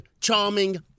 Charming